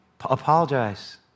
apologize